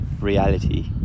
reality